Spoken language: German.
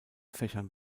fächern